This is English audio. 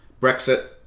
Brexit